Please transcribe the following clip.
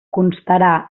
constarà